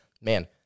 Man